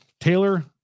Taylor